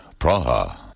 Praha